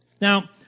Now